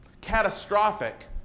Catastrophic